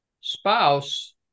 spouse